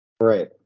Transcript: Right